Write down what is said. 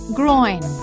groin